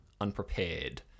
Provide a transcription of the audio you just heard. unprepared